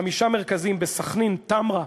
חמישה מרכזים בסח'נין, תמרה,